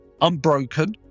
unbroken